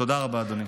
תודה רבה, אדוני.